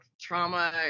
trauma